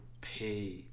pay